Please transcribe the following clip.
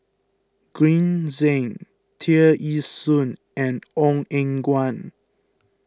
Green Zeng Tear Ee Soon and Ong Eng Guan